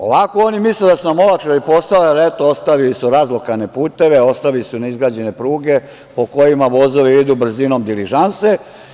Ovako misle da su nam olakšali posao, jer eto ostavili su razlokane puteve, ostale su neizgrađene pruge po kojima vozovi idu brzinom diližanse.